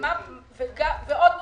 ועוד נושא: